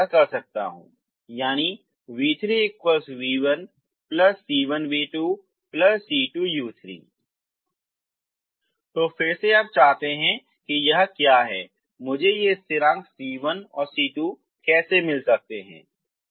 तो मैं ऐसा कैसे करूं v3 v1 c1v2 c2u3 तो फिर से आप चाहते हैं कि यह क्या है मुझे ये स्थिरांक c1 c2 कैसे मिल सकता है